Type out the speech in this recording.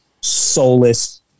soulless